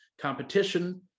competition